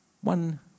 One